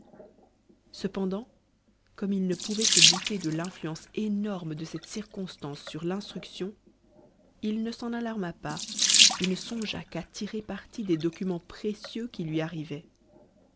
cependant comme il ne pouvait se douter de l'influence énorme de cette circonstance sur l'instruction il ne s'en alarma pas et ne songea qu'à tirer parti des documents précieux qui lui arrivaient